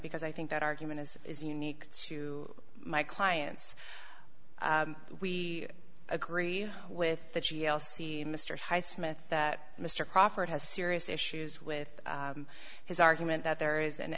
because i think that argument is is unique to my clients we agree with the g l c mr highsmith that mr crawford has serious issues with his argument that there is